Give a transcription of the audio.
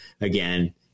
again